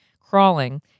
crawling